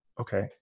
okay